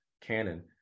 canon